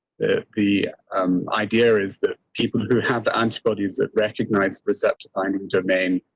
the the um idea is that people who have the antibodies that recognise reception i and and mean,